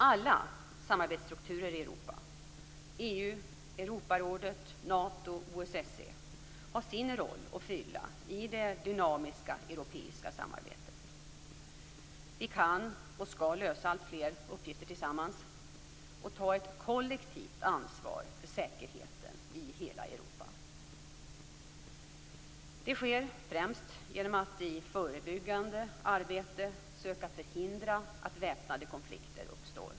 Alla samarbetsstrukturer i Europa - EU, Europarådet, Nato och OSSE - har sin roll att fylla i det dynamiska europeiska samarbetet. Vi kan och skall lösa alltfler uppgifter tillsammans och ta ett kollektivt ansvar för säkerheten i hela Europa. Det sker främst genom att i ett förebyggande arbete söka förhindra att väpnade konflikter uppstår.